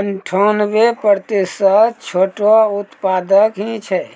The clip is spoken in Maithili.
अनठानबे प्रतिशत छोटो उत्पादक हीं छै